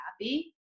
happy